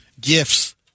gifts